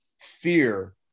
fear